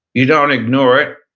you don't ignore it,